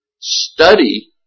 study